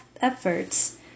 efforts